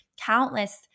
countless